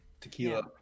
Tequila